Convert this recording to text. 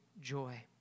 joy